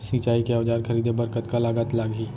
सिंचाई के औजार खरीदे बर कतका लागत लागही?